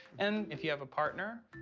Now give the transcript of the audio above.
and, if you have a partner,